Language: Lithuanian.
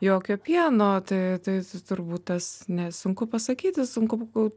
jokio pieno tai tai turbūt tas ne sunku pasakyti sunku